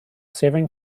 seven